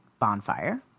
bonfire